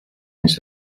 anys